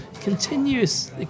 continuous